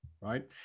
right